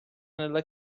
nella